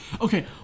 okay